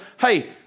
hey